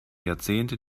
jahrzehnte